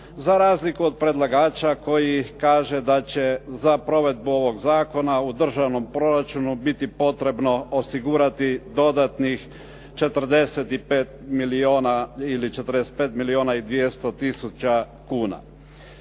za razliku od predlagača koji kaže da će za provedbu ovog zakona u državnom proračunu biti potrebno osigurati dodatnih 45 milijuna ili 45 milijuna i 200 tisuća kuna.